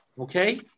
Okay